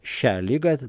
šią ligą